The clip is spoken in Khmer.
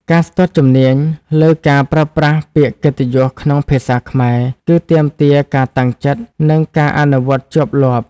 ការស្ទាត់ជំនាញលើការប្រើប្រាស់ពាក្យកិត្តិយសក្នុងភាសាខ្មែរ គឺទាមទារការតាំងចិត្ត និងការអនុវត្តជាប់លាប់។